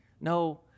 no